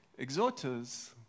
Exhorters